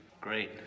great